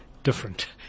Different